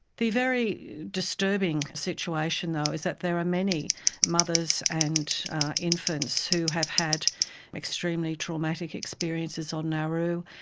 the very disturbing situation though is that there are many mothers and infants who have had extremely traumatic experiences on nauru.